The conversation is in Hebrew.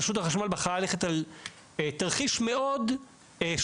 רשות החשמל בחרה ללכת על תרחיש מאוד שמרני,